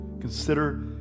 Consider